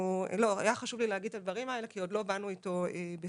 היה חשוב לי להגיד את הדברים האלה כי עוד לא באנו איתו בשיח.